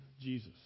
Jesus